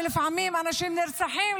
ולפעמים אנשים נרצחים,